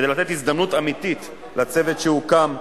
כדי לתת הזדמנות אמיתית לצוות שהוקם,